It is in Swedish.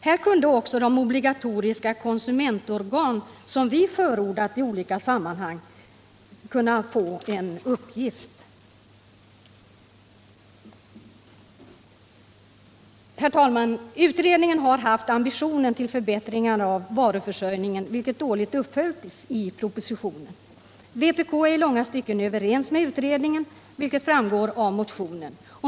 Här kunde också de obligatoriska konsumentorgan som vi förordat i olika sammanhang få en uppgift. Herr talman! Utredningen har haft ambitionen till förbättringar av varuförsörjningen, vilket dåligt uppföljts i propositionen. Vpk är i långa stycken överens med utredningen, vilket framgår av motionen.